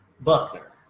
Buckner